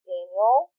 Daniel